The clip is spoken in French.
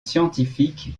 scientifique